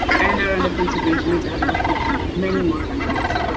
and are under consideration of development in many more countries.